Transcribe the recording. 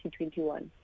2021